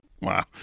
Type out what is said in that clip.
Wow